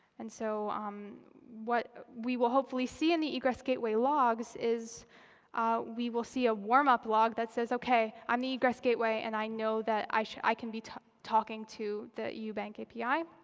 and so what we will hopefully see in the egress gateway logs is we will see a warm-up log that says, ok, i'm the egress gateway, and i know that i can be talking to the eu bank api.